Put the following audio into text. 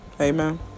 Amen